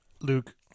Luke